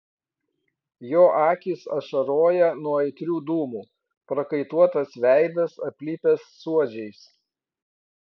jo akys ašaroja nuo aitrių dūmų prakaituotas veidas aplipęs suodžiais